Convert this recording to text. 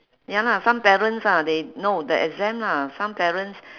ya lah some parents lah they no the exam lah some parents